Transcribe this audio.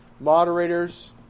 moderators